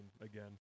again